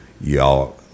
y'all